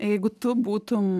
jeigu tu būtum